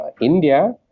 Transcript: India